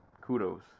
kudos